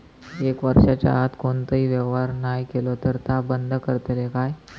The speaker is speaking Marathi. एक वर्षाच्या आत कोणतोही व्यवहार नाय केलो तर ता बंद करतले काय?